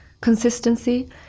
consistency